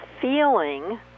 feeling